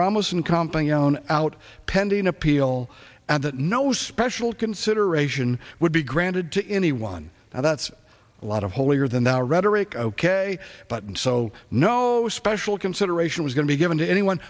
and company own out pending appeal and that no special consideration would be granted to anyone that's a lot of holier than thou rhetoric ok but and so no special consideration was going to be given to anyone